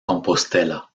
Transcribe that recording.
compostela